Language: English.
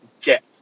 get